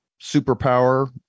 superpower